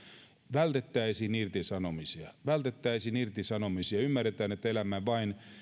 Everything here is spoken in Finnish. vältettäisiin irtisanomisia vältettäisiin irtisanomisia ymmärretään että elämme vain